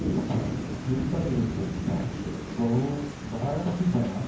ಈ train sleeper ಇರುವುದರಿಂದ ಬಹು ಬಹಳಷ್ಟು ಜನ